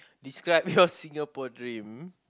describe your Singapore dream